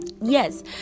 yes